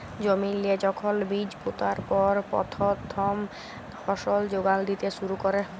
জমিল্লে যখল বীজ পুঁতার পর পথ্থম ফসল যোগাল দ্যিতে শুরু ক্যরে